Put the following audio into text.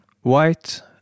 white